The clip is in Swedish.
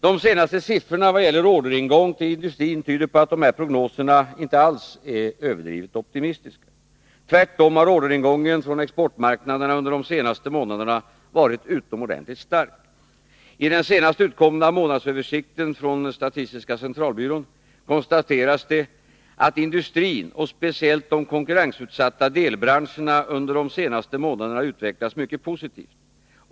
De senaste siffrorna vad gäller orderingång till industrin tyder på att dessa prognoser alls inte är överdrivet optimistiska. Tvärtom har orderingången från exportmarknaderna under de senaste månaderna varit utomordentligt stark. I den senast utkomna månadsöversikten från statistiska centralbyrån konstateras ”att industrin och speciellt de konkurrensutsatta delbranscherna under de senaste månaderna utvecklats mycket positivt”.